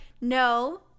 no